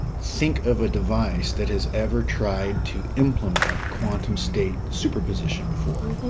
think of a device that has ever tried to implement quantum state superposition before.